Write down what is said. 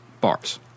bars